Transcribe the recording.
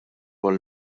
għall